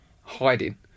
hiding